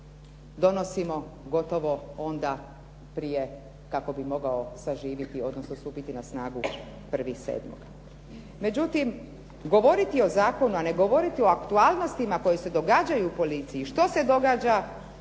donosimo gotovo onda prije kako bi mogao saživjeti odnosno stupiti na snagu 1.7. Međutim, govoriti o zakonu a ne govori o aktualnostima koje se događaju u policiji, što se događa